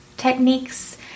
techniques